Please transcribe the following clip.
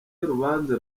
y’urubanza